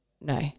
No